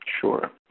Sure